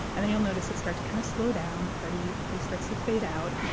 and then you'll notice it start to kind of slow down the party the party starts to fade out.